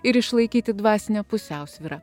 ir išlaikyti dvasinę pusiausvyrą